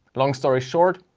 long story short.